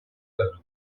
козу